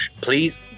please